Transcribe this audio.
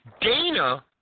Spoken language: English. Dana